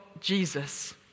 Jesus